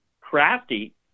crafty